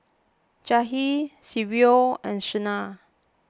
Jahir Silvio and Shena